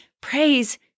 praise